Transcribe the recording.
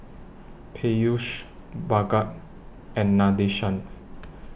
Peyush Bhagat and Nadesan